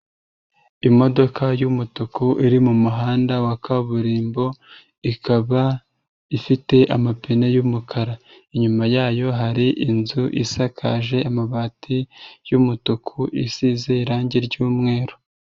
Imodoka y'umutuku iri mu muhanda wa kaburimbo, ikaba ifite amapine yu'mukara. Inyuma yayo hari inzu isakaje amabati y'umutuku, isize irangi ry'umweru.